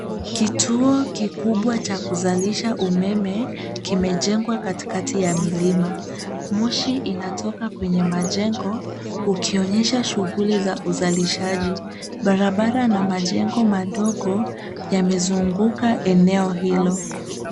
Kituo kikubwa cha kuzalisha umeme kimejengwa kati kati ya milima. Moshi inatoka kwenye majengo ukionyesha shughuli za uzalishaji. Barabara na majengo madogo yamezunguka eneo hilo.